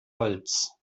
holz